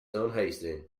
unhasting